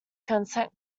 consent